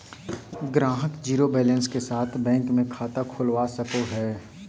ग्राहक zero balance के साथ बैंक मे खाता खोलवा सको हय